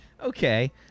okay